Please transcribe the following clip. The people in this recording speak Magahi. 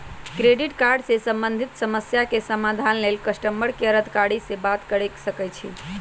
क्रेडिट कार्ड से संबंधित समस्या के समाधान लेल कस्टमर केयर अधिकारी से बात कर सकइछि